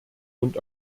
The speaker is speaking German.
und